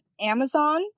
Amazon